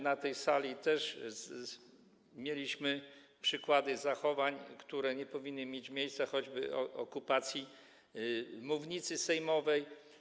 Na tej sali też mieliśmy przykłady zachowań, które nie powinny mieć miejsca, choćby okupację mównicy sejmowej.